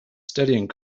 studying